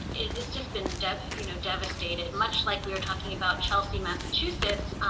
it's just been you know devastated. much like we were talking about chelsea, massachusetts,